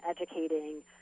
educating